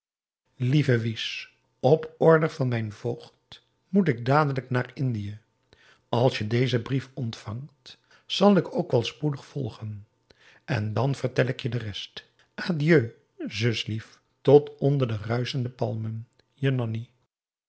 lieve wies op order van mijn voogd moet ik dadelijk naar indië als je dezen brief ontvangt zal ik ook wel spoedig volgen en dan vertel ik je de rest adieu zuslief tot onder de ruischende palmen je nanni